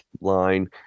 line